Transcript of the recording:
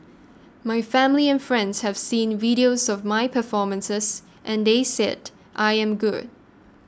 my family and friends have seen videos of my performances and they said I am good